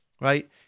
right